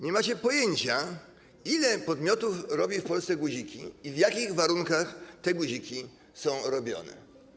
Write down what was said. Nie macie pojęcia, ile podmiotów robi w Polsce guziki i w jakich warunkach te guziki są robione.